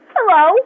Hello